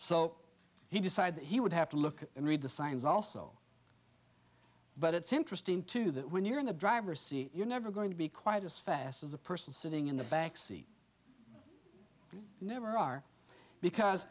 so he decided that he would have to look at and read the signs also but it's interesting too that when you're in the driver see you're never going to be quite as fast as the person sitting in the back seat but never are because